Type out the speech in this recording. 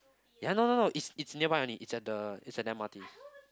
ya no no no is it's nearby only is at the is at M_R_T